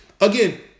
Again